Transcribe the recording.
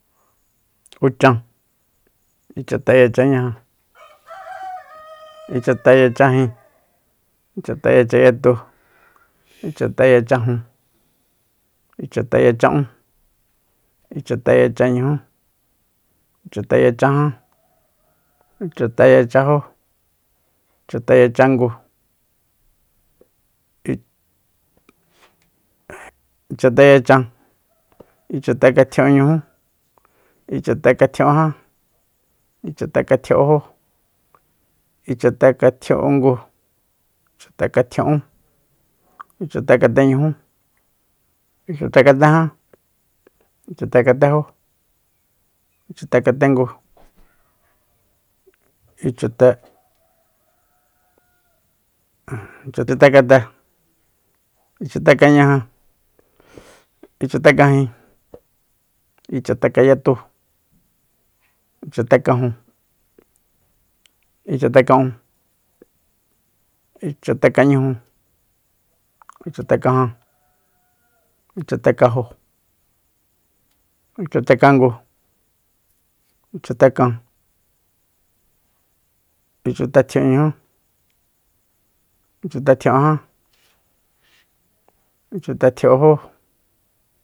Uchan ichateyachanñaja ichateyachajin ichateyachanyatu ichateyachajun ichateyacha'ún ichateyachanñujú ichateyachajan ichateyachanjo ichateyachangu ichateyachan ichatekatjia'unñujú ichatekatjia'unjan ichakatjia'unjó ichatekatjia'ungu ichatekatjia'ún ichatekateñujú ichatekatejan ichatekatejó ichakatengu ichatekate ichatekañaja ichatekajin ichatekanyatu ichatekajun ichateka'un ichatekañuju ichatekajan ichatekajo ichatekangu ichatekan ichatetjia'unñujú ichatetjia'unjan ichatetjia'unjo